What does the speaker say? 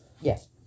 Yes